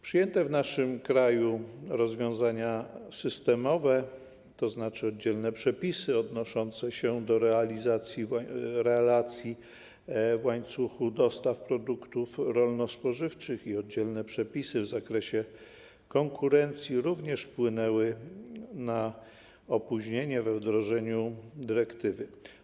Przyjęte w naszym kraju rozwiązania systemowe, tzn. oddzielne przepisy odnoszące się do relacji w łańcuchu dostaw produktów rolno-spożywczych i oddzielne przepisy w zakresie konkurencji, również wpłynęły na opóźnienie we wdrożeniu dyrektywy.